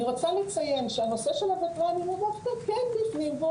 אני רוצה לציין שהנושא של הווטרנים הוא דווקא כן בפנים והוא